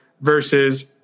versus